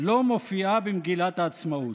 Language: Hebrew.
לא מופיעה במגילת העצמאות.